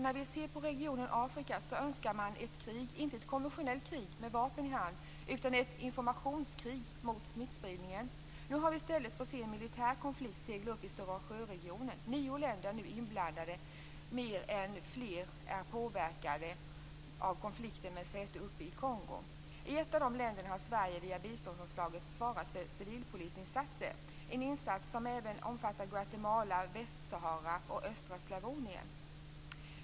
När man ser på regionen Afrika önskar man ett krig, men inte ett konventionellt krig med vapen i hand, utan ett informationskrig mot smittspridningen. Nu har vi i stället fått se en militär konflikt segla upp i Stora sjö-regionen. Nio länder är nu inblandade, men än fler är påverkade av konflikten med säte i Kongo. I ett av de länderna har Sverige via biståndsanslagen svarat för civilpolisinsatser. Det är en insats som även omfattar Guatemala, Västsahara och östra Slavonien.